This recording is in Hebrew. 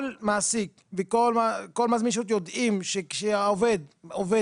כל מעסיק וכל מזמין שירות יודעים שכשהעובד עובד